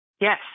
Yes